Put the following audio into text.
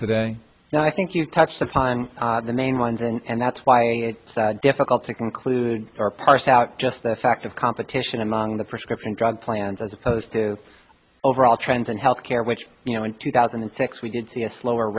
today no i think you touched upon the main lines and that's why it's difficult to conclude or parse out just the fact of competition among the prescription drug plans as opposed to overall trends in health care which you know in two thousand and six we did see a slower